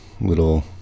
little